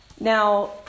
Now